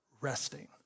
resting